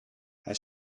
hij